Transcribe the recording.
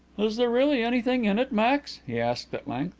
is there really anything in it, max? he asked at length.